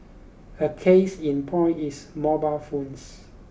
a case in point is mobile phones